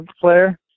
player